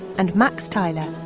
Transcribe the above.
and max tyler.